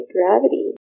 Gravity